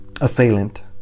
assailant